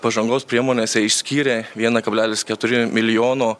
pažangos priemonėse išskyrė vieną kablelis keturi milijono